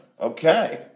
Okay